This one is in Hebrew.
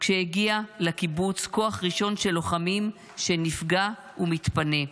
כשהגיע לקיבוץ כוח ראשון של לוחמים, שנפגע ומתפנה,